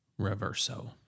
Reverso